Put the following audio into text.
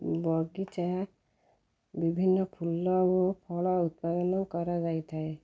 ବଗିଚା ବିଭିନ୍ନ ଫୁଲ ଓ ଫଳ ଉତ୍ପାଦନ କରାଯାଇଥାଏ